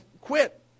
quit